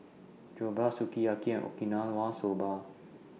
Jokbal Sukiyaki and Okinawa Soba